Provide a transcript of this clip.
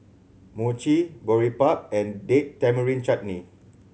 Mochi Boribap and Date Tamarind Chutney